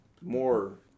more